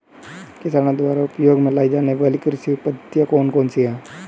किसानों द्वारा उपयोग में लाई जाने वाली कृषि पद्धतियाँ कौन कौन सी हैं?